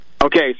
Okay